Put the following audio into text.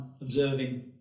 observing